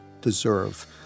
deserve